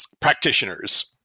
practitioners